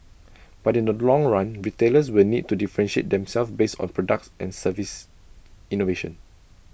but in the long run retailers will need to differentiate themselves based on products and service innovation